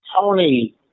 Tony